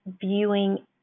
viewing